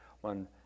one